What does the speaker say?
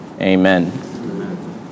Amen